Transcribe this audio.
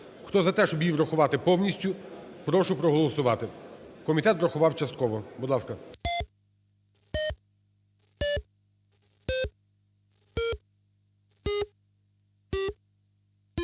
Хто за те, щоб її врахувати повністю, прошу проголосувати. Комітет врахував частково. Будь ласка.